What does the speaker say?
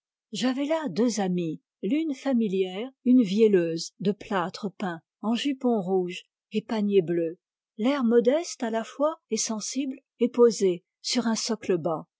j'avais là deux amies l'une familière une vielleuse de plâtre peint en jupons rouges et paniers bleus l'air modeste à la fois et sensible et posée sur un socle bas